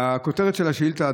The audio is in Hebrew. הכותרת של השאילתה,